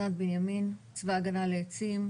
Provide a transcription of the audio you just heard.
אסנת בנימין, צבא הגנה לעצים.